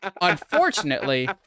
Unfortunately